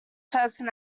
person